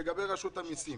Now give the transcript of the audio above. לגבי רשות המיסים,